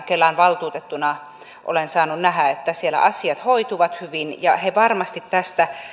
kelan valtuutettuna olen saanut nähdä että kaiken kaikkiaan siellä asiat hoituvat hyvin ja he varmasti tästä